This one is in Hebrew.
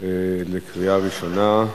בקריאה ראשונה.